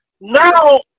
now